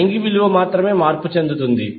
angle విలువ మాత్రమే మార్పు చెందుతుంది